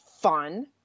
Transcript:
Fun